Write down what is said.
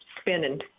spinning